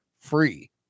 free